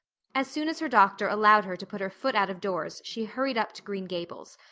as soon as her doctor allowed her to put her foot out-of-doors she hurried up to green gables,